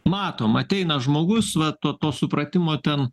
matom ateina žmogus vat to to supratimo ten